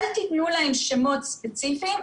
אל תתנו להם שמות ספציפיים,